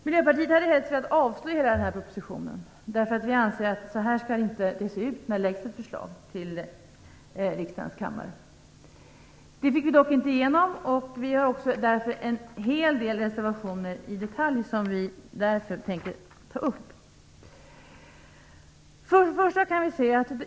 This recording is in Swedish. Miljöpartiet hade helst velat avslå hela den här propositionen, eftersom vi anser att det inte skall se ut så här när ett förslag läggs fram till riksdagens kammare. Vi fick dock inte igenom det. Därför har vi en hel del reservationer om detaljer som vi tänker ta upp.